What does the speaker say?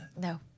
No